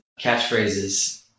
catchphrases